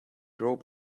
rope